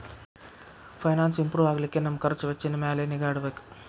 finance improve ಆಗ್ಲಿಕ್ಕೆ ನಮ್ ಖರ್ಛ್ ವೆಚ್ಚಿನ್ ಮ್ಯಾಲೆ ನಿಗಾ ಇಡ್ಬೆಕ್